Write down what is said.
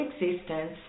existence